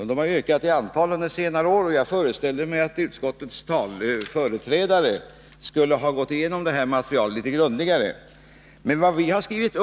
Antalet har ökat under senare år. Jag föreställde mig att utskottets företrädare skulle ha gått igenom materialet från utskottsbehandlingen litet grundligare.